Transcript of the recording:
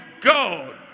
God